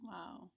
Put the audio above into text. Wow